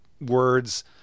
words